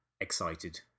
excited